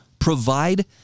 provide